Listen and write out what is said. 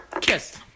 Kiss